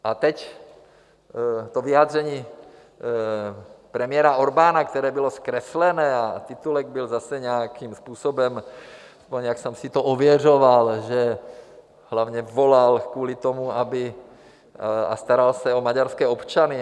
A teď to vyjádření premiéra Orbána, které bylo zkreslené a titulek byl zase nějakým způsobem... aspoň jsem si to ověřoval, hlavně volal kvůli tomu, aby... a staral se o maďarské občany.